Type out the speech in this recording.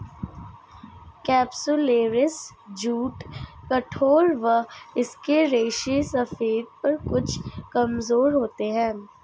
capsularis jute कठोर व इसके रेशे सफेद पर कुछ कमजोर होते हैं